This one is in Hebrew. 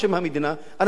אנשים יושבים שם,